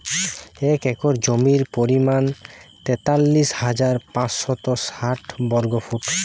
এক একর জমির পরিমাণ তেতাল্লিশ হাজার পাঁচশত ষাট বর্গফুট